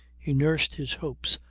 he nursed his hopes,